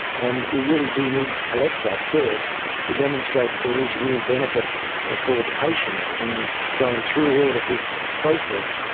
and we really do need to collect that first to demonstrate that there is real benefit ah for the patients in going through all of this process.